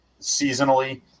seasonally